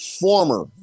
former